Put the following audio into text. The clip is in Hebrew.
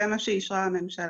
זה מה שאישרה הממשלה,